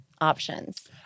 options